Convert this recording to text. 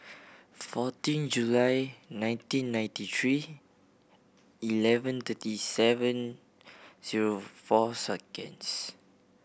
fourteen July nineteen ninety three eleven thirty seven zero four seconds